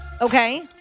Okay